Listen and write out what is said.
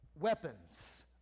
weapons